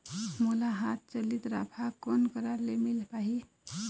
मोला हाथ चलित राफा कोन करा ले मिल पाही?